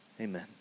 amen